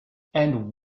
and